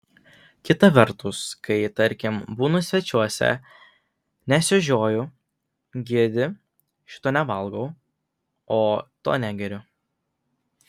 kita vertus kai tarkim būnu svečiuose nesiožiuoju girdi šito nevalgau o to negeriu